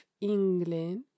england